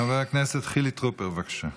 חבר הכנסת חילי טרופר, בבקשה.